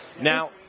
Now